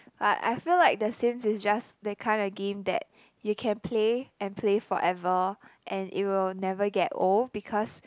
but I feel like the Sims is just the kind of game that you can play and play forever and it will never get old because